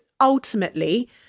ultimately